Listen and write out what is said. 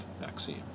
vaccine